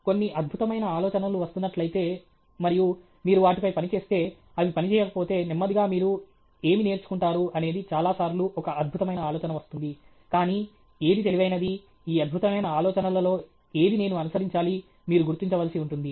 కొన్ని అద్భుతమైన ఆలోచనలు వస్తున్నట్లయితే మరియు మీరు వాటిపై పని చేస్తే అవి పని చేయకపోతే నెమ్మదిగా మీరు ఏమి నేర్చుకుంటారు అనేది చాలా సార్లు ఒక అద్భుతమైన ఆలోచన వస్తుంది కానీ ఏది తెలివైనది ఈ అద్భుతమైన ఆలోచనలలో ఏది నేను అనుసరించాలి మీరు గుర్తించవలసి ఉంటుంది